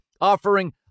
offering